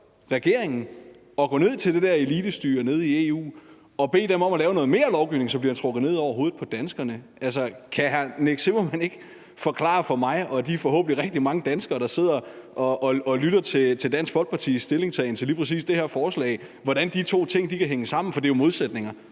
regeringen at gå ned til det der elitestyre i EU og bede dem om at lave noget mere lovgivning, som bliver trukket ned over hovedet på danskerne. Altså, kan hr. Nick Zimmermann ikke forklare mig og de forhåbentlig rigtig mange danskere, der sidder og lytter til Dansk Folkepartis stillingtagen til lige præcis det her forslag, hvordan de to ting kan hænge sammen. For det er jo modsætninger;